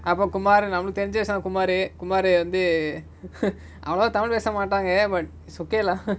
அப:apa kumaru நம்மளுக்கு தெரிஞ்சசா:nammaluku therinjasa kumaru kumaru வந்து:vanthu அவலவா:avalava tamil பேசமாட்டாங்க:pesamaataanga but it's okay lah